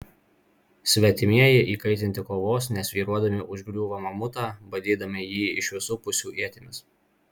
svetimieji įkaitinti kovos nesvyruodami užgriūva mamutą badydami jį iš visų pusių ietimis